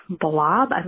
blob